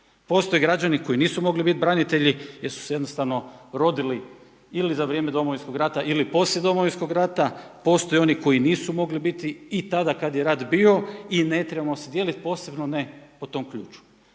Postoje građani koji nisu mogli biti branitelji jer su se jednostavno rodili ili za vrijeme Domovinskog rata ili poslije Domovinskog rata, postoji oni koji nisu mogli biti i tada kad je rat bio i ne trebamo se dijeliti, posebno ne po tom ključu.